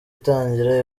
itangira